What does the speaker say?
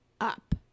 up